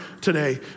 today